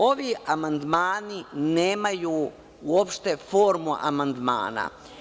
Ovi amandmani nemaju uopšte formu amandmana.